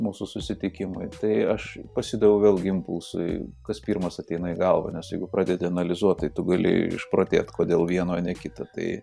mūsų susitikimui tai aš pasidaviau vėlgi impulsui kas pirmas ateina į galvą nes jeigu pradedi analizuoti tai tu gali išprotėt kodėl vieną o ne kitą tai